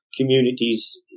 communities